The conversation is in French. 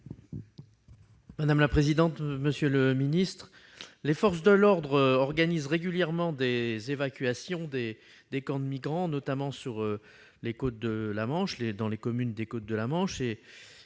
de l'intérieur. Monsieur le secrétaire d'État, les forces de l'ordre organisent régulièrement des évacuations des camps de migrants, notamment dans les communes des côtes de la Manche,